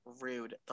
rude